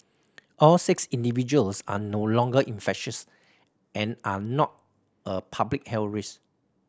all six individuals are no longer infectious and are not a public health risk